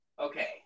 Okay